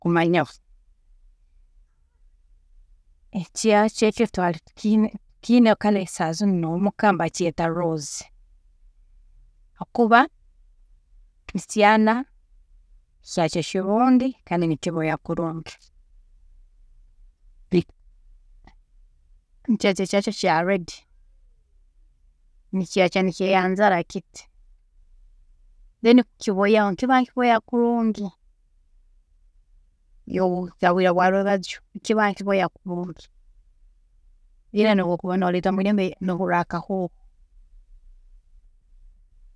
﻿Nkukimanyaho, ekyaakyo eki twaari tukiine, tukiine kare saaha zinu n'omuka bakyeeta Rose, hakuba tikyaana, kyaakyo kirungi kandi nikiboya kulungi, ba- baitu ekyaakyo kyaakyo kya red, nikyaakya nikyeyanjara kiti, then obu okukiboyaho, nikiba nikiboya kulungi, obu bukuhika obwiire bwa rwebajyo, kiba nikiboya kulungi, iwe obu okuba n'oretwa mwiirembo, noba nohuurra akahooho.